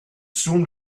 soon